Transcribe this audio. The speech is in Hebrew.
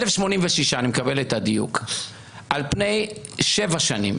1,086, אני מקבל את הדיוק, על פני שבע שנים,